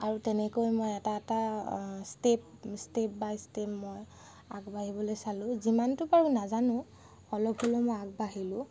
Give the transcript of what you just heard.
আৰু তেনেকৈ মই এটা এটা ষ্টেপ ষ্টেপ বাই ষ্টেপ মই আগবাঢ়িবলৈ চালোঁ যিমানটো পাৰোঁ নাজানো অলপ হ'লেও মই আগবাঢ়িলোঁ